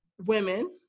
women